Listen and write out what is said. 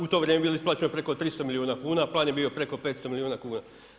U to vrijeme bilo je isplaćeno preko 300 milijuna kuna, plan je bio preko 500 milijuna kuna.